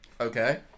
okay